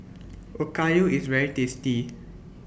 Okayu IS very tasty